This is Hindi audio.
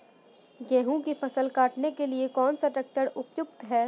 गेहूँ की फसल काटने के लिए कौन सा ट्रैक्टर उपयुक्त है?